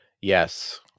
Yes